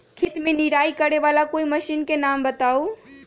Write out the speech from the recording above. खेत मे निराई करे वाला कोई मशीन के नाम बताऊ?